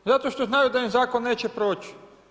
Zato što znaju da im zakon neće proći.